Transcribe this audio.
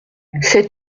sais